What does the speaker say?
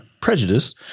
Prejudice